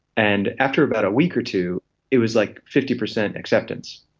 and after about a week or two it was like fifty percent acceptance.